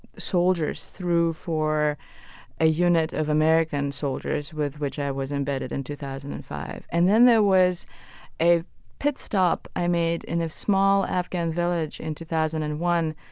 soldiers threw for a unit of american soldiers with which i was embedded in two thousand and five. and then there was a pit stop i made in a small afghan village in two thousand and one.